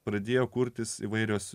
pradėjo kurtis įvairios